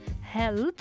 health